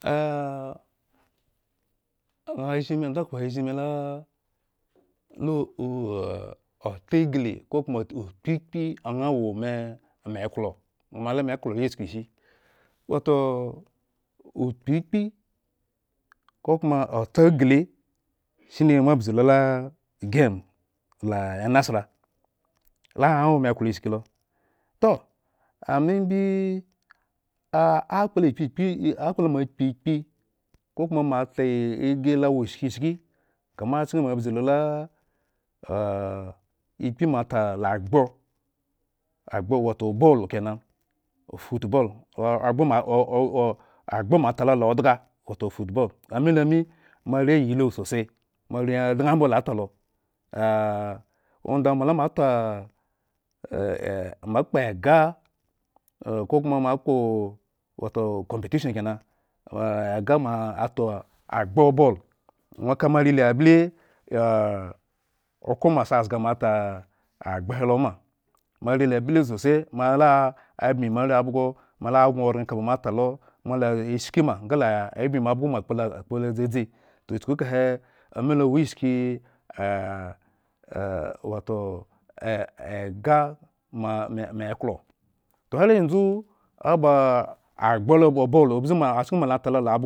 azhinme ndakhpo he zhin me o otaghi kokoma okpekpe anha woema meklo ŋha la mekloyi chukushi wato okpekpe kokoma otghi shine. Moabzi lo lŋ game la enasla la a ŋha wo meklo iskhki lo. toh amembi akkpla kpekpe akpla mo kpekpe kokoma a mota embi lowo shishki kama akyenmo abzilo lo la ekpe moata lagbbroh. agbroh wato ball kena football. agbroh mo o-oh a agbroh mota lola odhga watofoot ball amilo amilo mi moare yilo sose moarahwin dnahmbolatalo onda mo lata mokpo egah eh kokoma mo akpo wato computition. kena eh egah. Moata agbroh obolo ŋwo ka moare la bh. okhno moshizga mota "ah” agbroh. helo ma moare la bhi lo sose. moala byin moare abhgo, moala gŋo oran kaba. Motalo, moala shkima nga la byin mo. Abhgo mo ake po lo dzadzi, “toh” chuku kahe omilo ishki wato eɦ egah ma meklo toh har yanzu oba gbroh loba obolo obze mo tala o